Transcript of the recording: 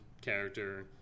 character